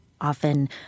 often